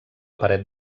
paret